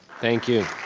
thank you.